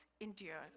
endured